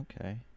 Okay